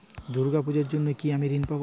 দুর্গা পুজোর জন্য কি আমি ঋণ পাবো?